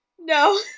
No